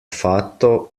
fatto